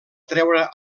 treure